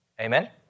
Amen